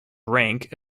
rank